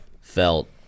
felt